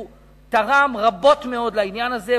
הוא תרם רבות מאוד לעניין הזה,